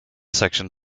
section